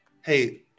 Hey